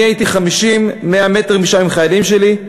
אני הייתי 50 100 מטר משם עם חיילים שלי.